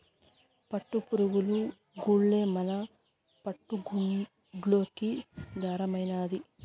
పట్టుపురుగులు గూల్లే మన పట్టు గుడ్డలకి దారమైనాది